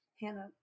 Hannah